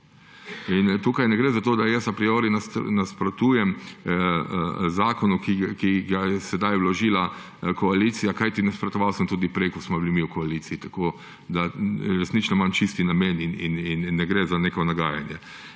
Tukaj ne gre za to, da jaz a priori nasprotujem zakonu, ki ga je sedaj vložila koalicija, kajti nasprotoval sem tudi prej, ko smo bili mi v koaliciji. Resnično imam čisti namen in ne gre za neko nagajanje.